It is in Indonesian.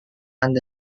anda